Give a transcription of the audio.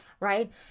right